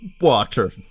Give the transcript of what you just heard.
water